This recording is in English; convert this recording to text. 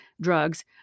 drugs